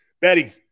Betty